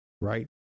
right